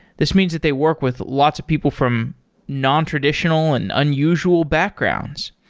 this means that they work with lots of people from nontraditional and unusual backgrounds.